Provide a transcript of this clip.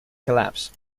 collapse